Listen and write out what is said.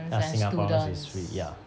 ya singaporeans is free ya